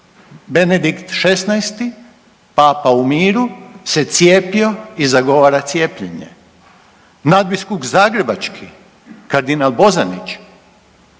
Benedikt XVI Papa u miru se cijepio i zagovara cijepljenje, nadbiskup zagrebački kardinal Bozanić